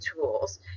tools